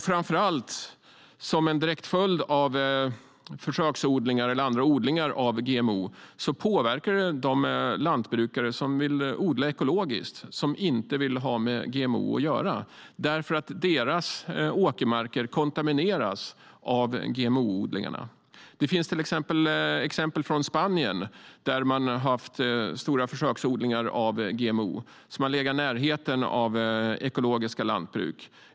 Framför allt påverkar de, som en direkt följd av försöksodlingar eller andra odlingar av GMO, de lantbrukare som vill odla ekologiskt, som inte vill ha med GMO att göra därför att deras åkermarker kontamineras av GMO-odlingarna. Det finns exempel från Spanien där man haft stora försöksodlingar av GMO som har legat i närheten av ekologiska lantbruk.